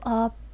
up